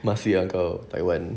masih ah kau taiwan